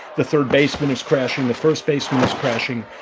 the third baseman is crashing. the first baseman is crashing.